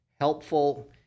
helpful